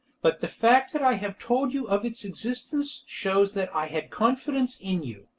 but the fact that i have told you of its existence shows that i had confidence in you,